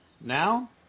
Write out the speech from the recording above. Now